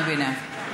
אני מבינה.